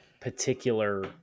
particular